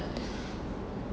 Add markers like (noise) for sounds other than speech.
(breath)